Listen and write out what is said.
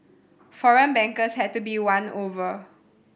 foreign bankers had to be won over